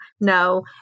no